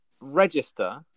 register